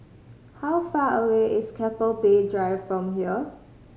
how far away is Keppel Bay Drive from here